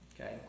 Okay